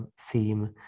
theme